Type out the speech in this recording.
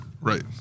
Right